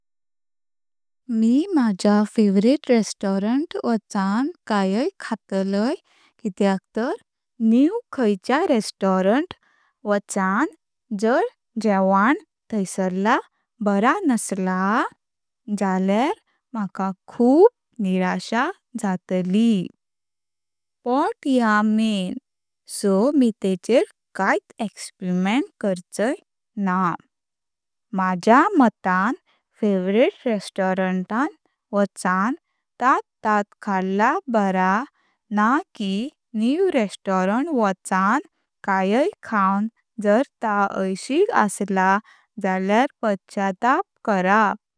मी माझ्या favourite restaurant वाचनं कायं खातलं कित्याक तार न्यू खायच्या रेस्टॉरंट वाचनं जर जेवण थायसरलं बरा नसला दौरान माका खूप निराशा जातली आणि पोट हुआ मैन सो मी तेचेर कायत एक्सपेरिमेंट करचंय ना। माझ्या मायतं फेवरेट रेस्टॉरंट आनी वाचनं तात तात खल्लं बरा न की न्यू रेस्टॉरंट वाचनं कायं खांवनं जर ते ऐशिक आसलां दौरान पछाताप करप।